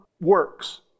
works